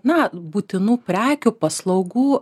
na būtinų prekių paslaugų